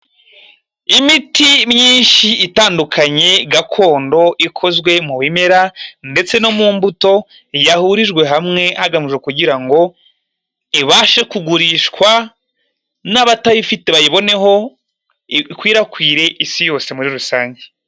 Imiti myinshi itandukanye gakondo ikozwe mu bimera ndetse no mu mbuto, yahurijwe hamwe hagamijwe kugira ngo ibashe kugurishwa n'abatayifite bayiboneho, ikwirakwira isi yose muri rusange.